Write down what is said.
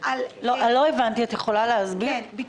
היום זה ניתן רק למי שיש לו ביטוח משלים.